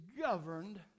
governed